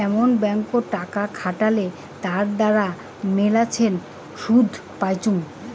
এমন ব্যাঙ্কত টাকা খাটালে তার দ্বারা মেলাছেন শুধ পাইচুঙ